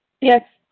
Yes